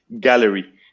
gallery